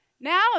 Now